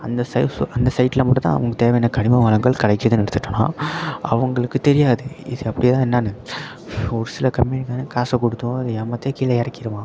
அந்த சைஃபு அந்த சைட்டில் மட்டும்தான் நமக்கு தேவையான கனிம வளங்கள் கிடைக்குதுனு எடுத்துக்கிட்டோனால் அவங்களுக்கு தெரியாது இது அப்படின்னா என்னென்னு ஒரு சில கம்பெனிக்காரன் காசைக் கொடுத்தோ அதை ஏமாற்றியோ கீழே இறக்கிடுவான்